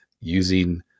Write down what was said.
using